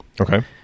Okay